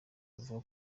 avuga